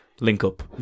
link-up